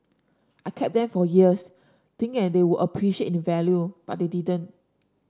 I kept them for years thinking that they would appreciate in value but they didn't